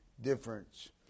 difference